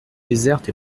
désertes